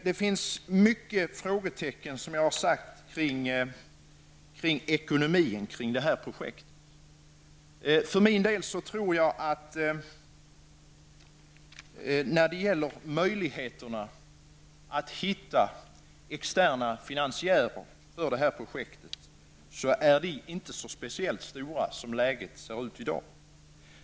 Det finns, som jag sagt, många frågetecken omkring det här projektets ekonomi. För min del tror jag inte att möjligheterna att hitta externa finansiärer för detta projekt är speciellt stora, som läget ser ut i dag.